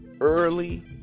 Early